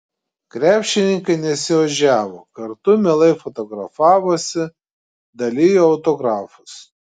krepšininkai nesiožiavo kartu mielai fotografavosi dalijo autografus